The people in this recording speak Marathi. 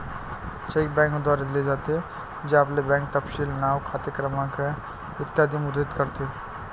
चेक बँकेद्वारे दिले जाते, जे आपले बँक तपशील नाव, खाते क्रमांक इ मुद्रित करते